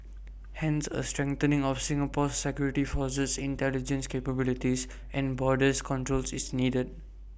hence A strengthening of Singapore's security forces intelligence capabilities and border controls is needed